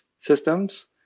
systems